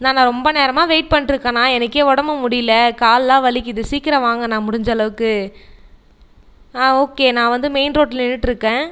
அண்ணா நான் ரொம்ப நேரமாக வெயிட் பண்ணிட்டிருக்கேண்ணா எனக்கே உடம்பு முடியலை கால்லாம் வலிக்கிது சீக்கிரம் வாங்கண்ணா முடிஞ்சளவுக்கு ஓகே நான் வந்து மெயின் ரோட்டில் நின்றுட்டு இருக்கேன்